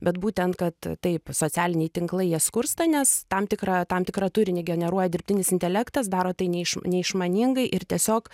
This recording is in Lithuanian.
bet būtent kad taip socialiniai tinklai jie skursta nes tam tikrą tam tikrą turinį generuoja dirbtinis intelektas daro tai nei iš neišmaningai ir tiesiog